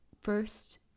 first